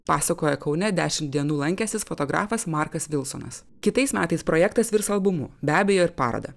pasakoja kaune dešimt dienų lankęsis fotografas markas vilsonas kitais metais projektas virs albumu be abejo ir paroda